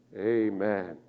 amen